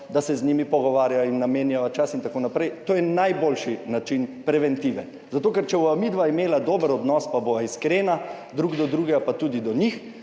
da se z njimi pogovarjava in jim namenjava čas in tako naprej. To je najboljši način preventive, zato ker če bova midva imela dober odnos in bova iskrena drug do drugega, pa tudi do njih,